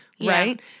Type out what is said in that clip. right